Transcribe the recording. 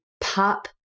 pop